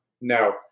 No